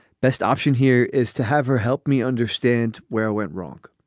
best option here is to have her help me understand where i went wrong.